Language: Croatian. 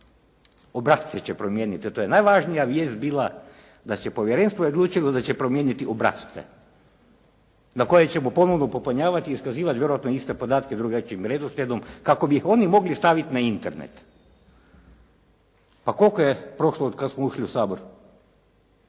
Obrasce će promijeniti, to je najvažnija vijest bila, da se povjerenstvo odlučilo da će promijeniti obrasce u koje ćemo ponovno popunjavati i iskazivat vjerojatno iste podatke drugačijim redoslijedom kako bi ih oni mogli stavit na Internet. Pa koliko je prošlo otkad smo ušli u Sabor?